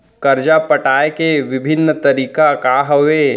करजा पटाए के विभिन्न तरीका का हवे?